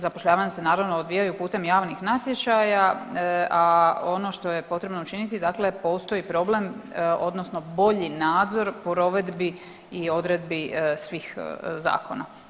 Zapošljavanja se naravno odvijaju putem javnih natječaja, a ono što je potrebno učiniti dakle postoji problem odnosno bolji nadzor u provedbi i odredbi svih zakona.